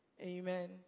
Amen